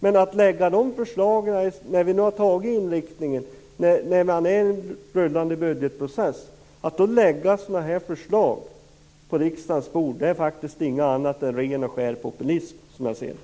Men nu har vi fattat beslut om inriktningen och befinner oss i en rullande budgetprocess. Att då lägga fram sådana här förslag på riksdagens bord är faktiskt inget annat än ren och skär populism som jag ser det.